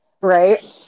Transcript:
Right